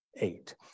eight